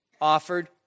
offered